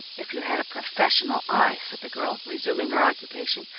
if you had a professional eye, said the girl, resuming her occupation,